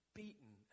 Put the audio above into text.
beaten